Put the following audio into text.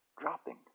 Dropping